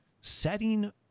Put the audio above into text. setting